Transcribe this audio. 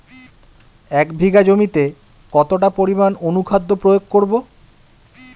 এক বিঘা জমিতে কতটা পরিমাণ অনুখাদ্য প্রয়োগ করব?